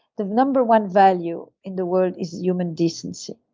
the number one value in the world is human decency.